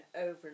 over